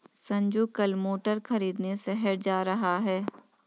संजू कल मोटर खरीदने शहर जा रहा है